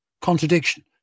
contradiction